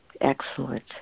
Excellent